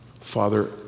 Father